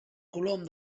colom